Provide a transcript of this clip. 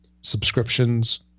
Subscriptions